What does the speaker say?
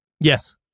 Yes